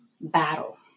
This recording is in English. battle